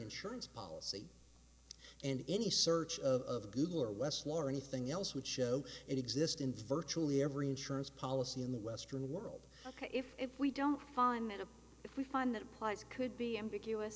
insurance policy and any search of google or less floor anything else would show it exist in virtually every insurance policy in the western world ok if if we don't find that if we find that parts could be ambiguous